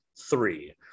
three